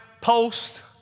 post